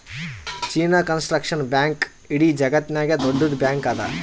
China construction bank ಇಡೀ ಜಗತ್ತನಾಗೆ ದೊಡ್ಡುದ್ ಬ್ಯಾಂಕ್ ಅದಾ